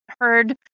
heard